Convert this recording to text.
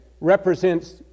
represents